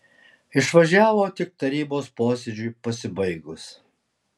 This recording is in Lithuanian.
išvažiavo tik tarybos posėdžiui pasibaigus